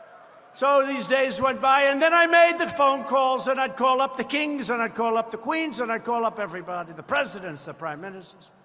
so these days went by, and then i made the phone calls. and i'd call up the kings and i'd call up the queens, and i'd call up everybody the presidents, the prime ministers.